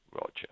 Roger